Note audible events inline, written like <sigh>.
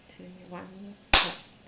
two one <noise>